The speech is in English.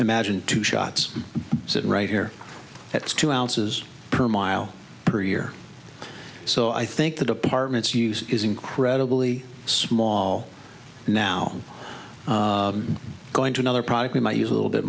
imagine two shots sitting right here that's two ounces per mile per year so i think the department's use is incredibly small now going to another product we might use a little bit